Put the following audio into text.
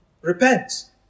repent